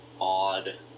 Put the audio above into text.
odd